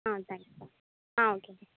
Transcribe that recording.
ஆ தேங்க்ஸ்பா ஆ ஓகே